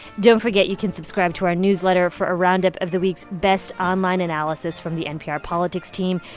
don't forget you can subscribe to our newsletter for a roundup of the week's best online analysis from the npr politics team.